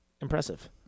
Impressive